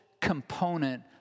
component